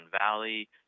Valley